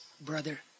brother